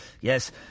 Yes